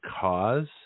cause